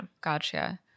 Gotcha